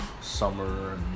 summer